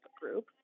group